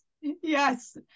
Yes